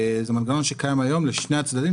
זה מנגנון שקיים היום לשני הצדדים.